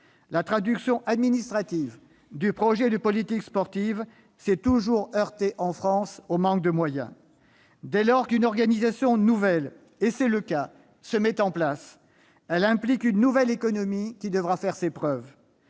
la traduction administrative du projet de politique sportive s'est toujours heurtée, en France, au manque de moyens. Quand une organisation nouvelle se met en place- c'est le cas ici -, elle implique une nouvelle économie qui devra faire ses preuves.